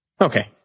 Okay